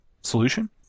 solution